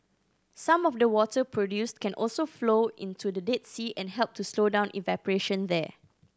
some of the water produced can also flow into the Dead Sea and help to slow down evaporation there